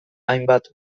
hainbat